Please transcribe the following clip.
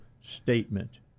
statement